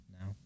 now